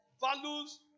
values